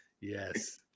yes